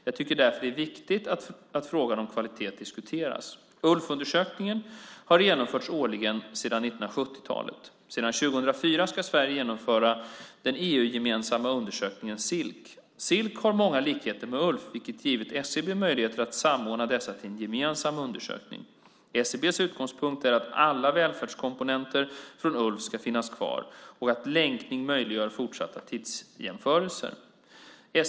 Jag tycker därför att det är viktigt att frågan om kvalitet diskuteras. ULF-undersökningen har genomförts årligen sedan 1970-talet. Sedan 2004 ska Sverige genomföra den EU-gemensamma undersökningen SILC. SILC har många likheter med ULF vilket givit SCB möjlighet att samordna dessa till en gemensam undersökning. SCB:s utgångspunkt är att alla välfärdskomponenter från ULF ska finnas kvar och att länkning möjliggör fortsatta tidsjämförelser.